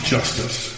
Justice